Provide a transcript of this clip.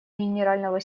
генерального